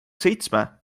seitsme